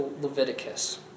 Leviticus